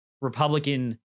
Republican